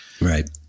Right